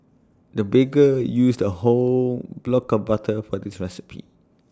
the baker used A whole block of butter for this recipe